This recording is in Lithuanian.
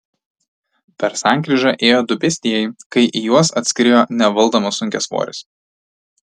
per sankryžą ėjo du pėstieji kai į juos atskriejo nevaldomas sunkiasvoris